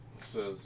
says